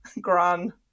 gran